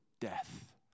death